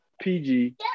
PG